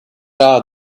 are